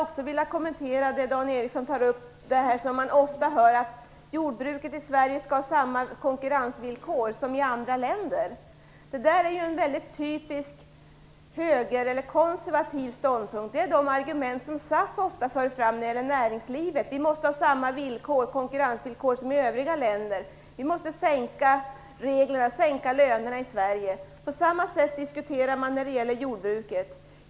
Dan Ericsson säger att jordbruket i Sverige skall ha samma konkurrensvillkor som jordbruket har i andra länder. Det hör man ofta. Det är en typisk konservativ ståndpunkt. Sådana argument för SAF ofta fram när det gäller näringslivet. Man säger att man måste ha samma konkurrensvillkor som i övriga länder och att man måste sänka lönerna i Sverige. På samma sätt diskuteras det nu när det gäller jordbruket.